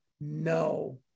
No